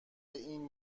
این